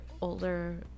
older